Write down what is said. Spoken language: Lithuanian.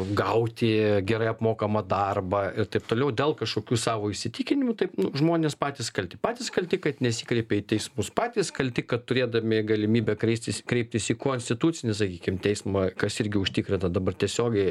gauti gerai apmokamą darbą ir taip toliau dėl kažkokių savo įsitikinimų taip nu žmonės patys kalti patys kalti kad nesikreipia į teismus patys kalti kad turėdami galimybę kreistis kreiptis į konstitucinį sakykim teismą kas irgi užtikrinta dabar tiesiogiai